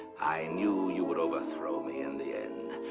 i knew you would overthrow me in the end.